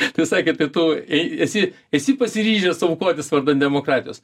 tai sakė tai tu jei esi esi pasiryžęs aukotis vardan demokratijos